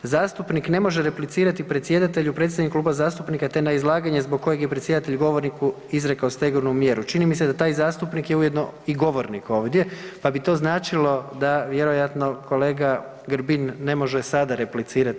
Zastupnik ne može replicirati predsjedatelju, predstavniku kluba zastupnika te na izlaganje zbog kojeg je predsjedatelj govorniku izrekao stegovnu mjeru.“ Čini mi se da taj zastupnik je ujedno i govornik ovdje, pa bi to značilo da vjerojatno kolega Grbin ne može sada replicirati.